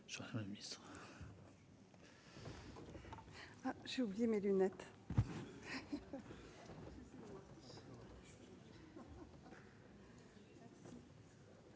Merci,